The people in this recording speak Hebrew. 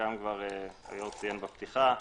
חלקן היושב-ראש ציין בפתיחה.